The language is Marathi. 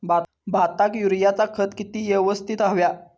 भाताक युरियाचा खत किती यवस्तित हव्या?